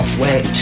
wait